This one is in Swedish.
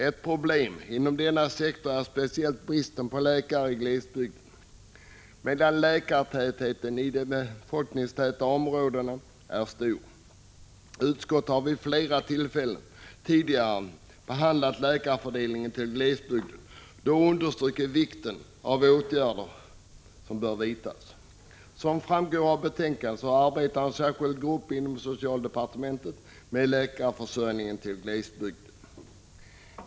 Ett problem inom denna sektor är speciellt bristen på läkare i glesbygden, medan läkartätheten i de befolkningstäta områdena är stor. Utskottet har vid flera tidigare tillfällen behandlat läkarfördelningen till glesbygden och då understrukit vikten av att åtgärder vidtas. Som framgår av betänkandet arbetar en särskild grupp inom socialdepartementet med läkarförsörjningen till glesbygden.